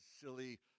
silly